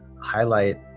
highlight